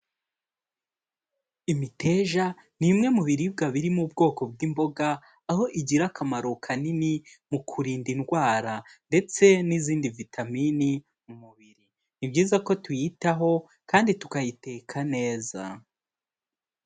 Imiteja ni imwe mu biribwa biri mu bwoko bw'imboga aho igira akamaro kanini mu kurinda indwara ndetse n'izindi vitamini mu mubiri, ni byiza ko tuyitaho kandi tukayiteka neza.